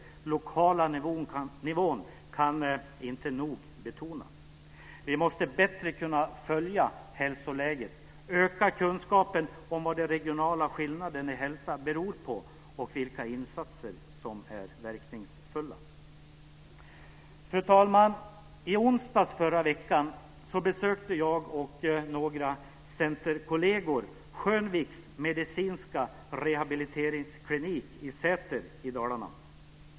Den lokala nivån kan inte nog betonas. Vi måste bättre kunna följa hälsoläget, öka kunskapen om vad de regionala skillnaderna i hälsa beror på och vilka insatser som är verkningsfulla. Fru talman! I onsdags förra veckan besökte jag och några centerkolleger Skönviks Medicinska Rehabiliteringsklinik i Säter i Dalarna.